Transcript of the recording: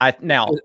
now